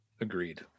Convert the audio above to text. Agreed